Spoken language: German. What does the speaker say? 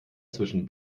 zwischen